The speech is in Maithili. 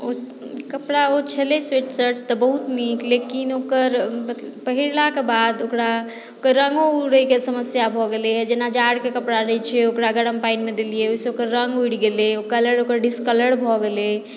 ओ कपड़ा ओ छलै स्वेट शर्ट तऽ बहुत नीक लेकिन ओकर पहिरलाक बाद ओकरा ओकर रङ्गो उड़यके समस्या भऽ गेलैए जेना जाड़के कपड़ा रहैत छै ओकरा अगर गरम पानिमे देलियै ओहिसँ ओकर रङ्ग उड़ि गेलै ओ कलर ओकर डिस्कलर भऽ गेलै